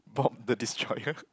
bob the destroyer